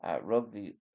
rugby